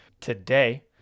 today